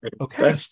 Okay